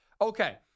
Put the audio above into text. Okay